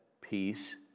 Peace